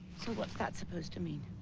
so what's that supposed to mean?